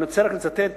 אני רוצה לצטט